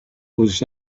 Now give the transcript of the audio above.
was